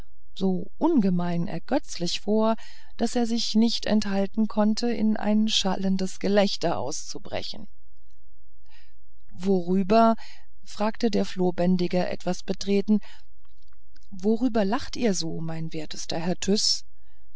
so ungemein ergötzlich vor daß er sich nicht enthalten konnte in ein schallendes gelächter auszubrechen worüber fragte der flohbändiger etwas betreten worüber lacht ihr so sehr mein wertester herr